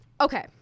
okay